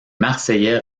marseillais